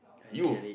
you